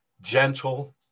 gentle